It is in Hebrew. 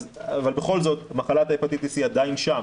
אבל בכל זאת מחלת ההפטיטיס סי עדיין שם,